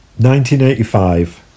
1985